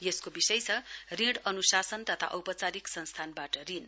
यसको विषय छ ऋण अनुशासन तथा औपचारिक संस्थानबाट ऋण